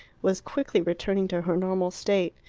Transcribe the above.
was quickly returning to her normal state.